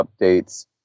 updates